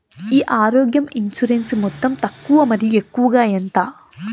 ఈ ఆరోగ్య ఇన్సూరెన్సు మొత్తం తక్కువ మరియు ఎక్కువగా ఎంత?